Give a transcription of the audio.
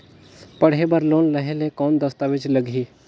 पढ़े बर लोन लहे ले कौन दस्तावेज लगही?